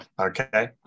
okay